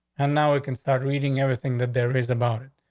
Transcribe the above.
and now we can start reading everything that there is about it.